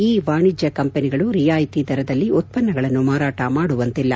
E ವಾಣಿಜ್ಯ ಕಂಪನಿಗಳು ರಿಯಾಯಿತಿ ದರದಲ್ಲಿ ಉತ್ಸನ್ತಗಳನ್ನು ಮಾರಾಟ ಮಾಡುವಂತಿಲ್ಲ